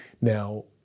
now